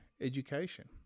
education